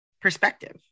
perspective